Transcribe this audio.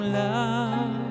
love